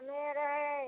नहि रहै